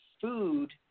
Food